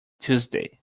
tuesday